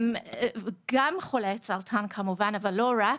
גם חולי סרטן, אבל לא רק)